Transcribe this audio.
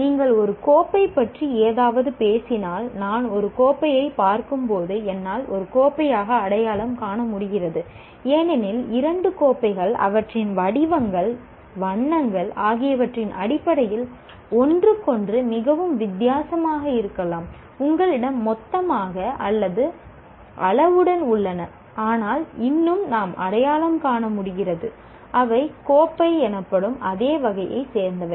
நீங்கள் ஒரு கோப்பை பற்றி ஏதாவது பேசினால் நான் ஒரு கோப்பையைப் பார்க்கும்போது என்னால் ஒரு கோப்பையாக அடையாளம் காண முடிகிறது ஏனெனில் இரண்டு கோப்பைகள் அவற்றின் வடிவங்கள் வண்ணங்கள் ஆகியவற்றின் அடிப்படையில் ஒன்றுக்கொன்று மிகவும் வித்தியாசமாக இருக்கலாம் உங்களிடம் மொத்தமாக அல்லது அளவுடன் உள்ளன ஆனால் இன்னும் நாம் அடையாளம் காண முடிகிறது அவை கோப்பை எனப்படும் அதே வகையைச் சேர்ந்தவை